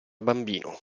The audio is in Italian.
bambino